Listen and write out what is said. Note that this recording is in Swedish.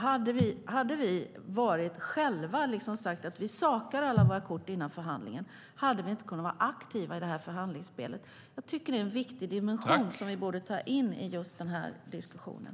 Hade vi varit själva och sagt att vi sakar alla våra kort före förhandlingen hade vi inte kunnat vara aktiva i förhandlingsspelet. Jag tycker att det är en viktig dimension som vi borde ta in i den här diskussionen.